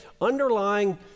underlying